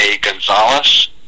Gonzalez